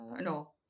no